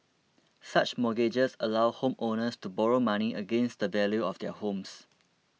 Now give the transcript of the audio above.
such mortgages allow homeowners to borrow money against the value of their homes